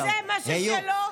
מה ששלו,